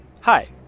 Hi